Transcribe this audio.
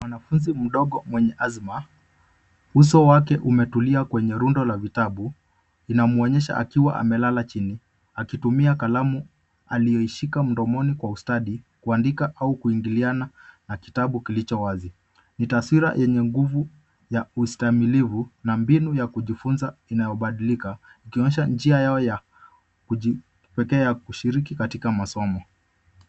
Mwanafunzi mdogo mwenye azma. Uso wake umetulia kwenye rundo la vitabu. Inamwonyesha akiwa amelala chini akitumia kalamu aliyoishika mdomoni kwa ustadi kuandika au kuingiliana na kitabu kilicho wazi. Ni taswira yenye nguvu ya ustahimilivi na mbinu ya kujifunza inayobadilika. Ikionyesha njia yao ya kipekee ya kushiriki katika masomo.